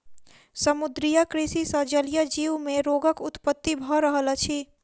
समुद्रीय कृषि सॅ जलीय जीव मे रोगक उत्पत्ति भ रहल अछि